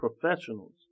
professionals